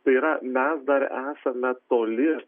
tai yra mes dar esame toli